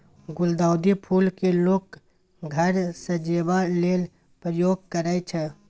गुलदाउदी फुल केँ लोक घर सजेबा लेल प्रयोग करय छै